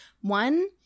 One